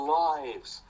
lives